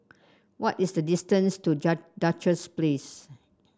what is the distance to Duchess Place